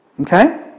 Okay